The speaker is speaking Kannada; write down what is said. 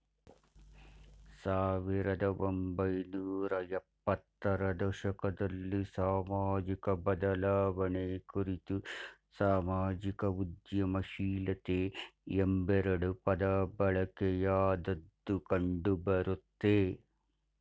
ಸಾವಿರದ ಒಂಬೈನೂರ ಎಪ್ಪತ್ತ ರ ದಶಕದಲ್ಲಿ ಸಾಮಾಜಿಕಬದಲಾವಣೆ ಕುರಿತು ಸಾಮಾಜಿಕ ಉದ್ಯಮಶೀಲತೆ ಎಂಬೆರಡು ಪದಬಳಕೆಯಾದದ್ದು ಕಂಡುಬರುತ್ತೆ